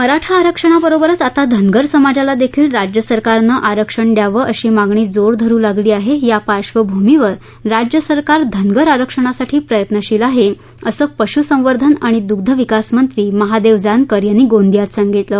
मराठा आरक्षणासोबतच आता धनगर समाजाला देखील राज्य सरकारनं आरक्षण द्यावं अशी मागणी जोर धरू लागली आहे या पार्श्वभूमीवर राज्य सरकार धनगर आरक्षणासाठी प्रयत्नशील आहे असं पशू संवर्धन आणि दुग्ध विकास मंत्री महादेव जानकर यांनी गोंदियात सांगितलं